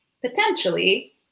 potentially